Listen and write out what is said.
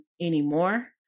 anymore